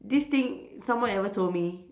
this thing someone ever told me